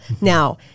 Now